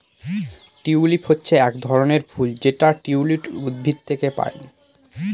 tulip হচ্ছে এক ধরনের ফুল যেটা টিউলিপ উদ্ভিদ থেকে পায়